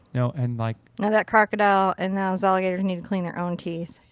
you know and like you know that crocodile and those alligators need to clean their own teeth.